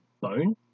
bone